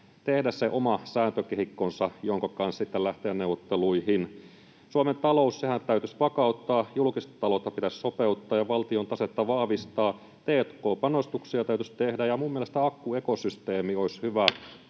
tehdä se oma sääntökehikkonsa, jonka kanssa sitten lähteä neuvotteluihin. Suomen taloushan täytyisi vakauttaa, julkista taloutta pitäisi sopeuttaa ja valtion tasetta vahvistaa. T&k-panostuksia täytyisi tehdä, ja mielestäni akkuekosysteemi olisi hyvä.